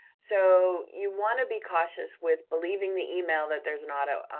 so, you wanna be cautious with believing the email that there's an auto-update,